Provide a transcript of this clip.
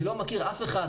אני לא מכיר אף אחד,